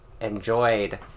enjoyed